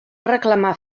reclamar